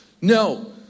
No